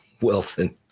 Wilson